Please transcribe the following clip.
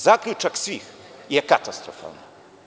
Zaključak svih je katastrofalan.